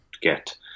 get